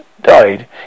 died